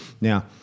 Now